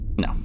no